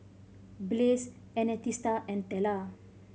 Blaze Ernestina and Tella